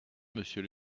monsieur